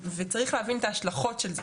וצריך להבין את ההשלכות של זה.